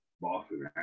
Boston